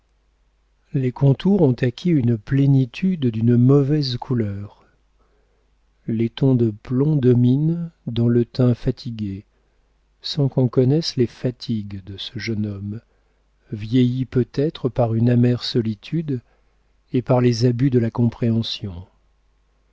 les contours ont acquis une plénitude d'une mauvaise couleur les tons de plomb dominent dans le teint fatigué sans qu'on connaisse les fatigues de ce jeune homme vieilli peut-être par une amère solitude et par les abus de la compréhension